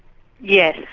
yes,